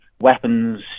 weapons